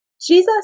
Jesus